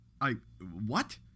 I—what